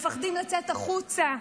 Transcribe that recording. מפחדים לצאת החוצה.